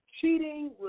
cheating